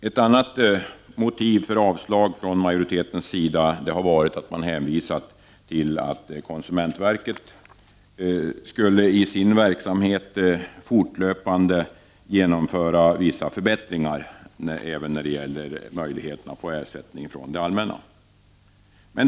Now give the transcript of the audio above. Ett annat argument för riksdagsmajoritetens avslag på motionerna har varit hänvisningen till att konsumentverket i sin verksamhet fortlöpande skall genomföra vissa förbättringar vad gäller möjligheterna att få ersättning från det allmänna.